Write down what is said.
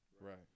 Right